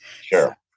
Sure